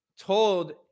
told